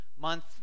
month